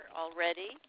already